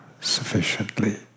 sufficiently